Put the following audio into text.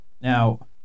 Now